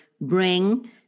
bring